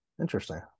Interesting